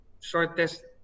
shortest